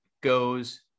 goes